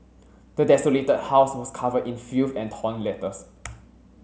the desolated house was covered in filth and torn letters